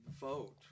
vote